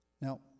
Now